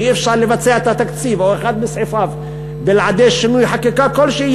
ואי-אפשר לבצע את התקציב או אחד מסעיפיו בלעדי שינוי חקיקה כלשהו,